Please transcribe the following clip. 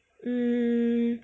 mm